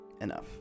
enough